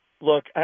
Look